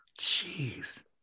Jeez